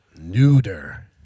Neuter